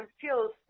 feels